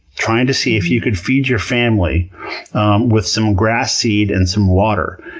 trying to see if you can feed your family with some grass seed, and some water,